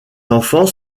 enfants